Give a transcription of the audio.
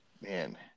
man